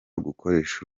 gukoresha